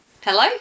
Hello